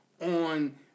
on